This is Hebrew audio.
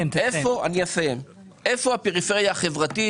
איפה הפריפריה החברתית.